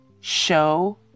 show